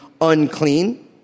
unclean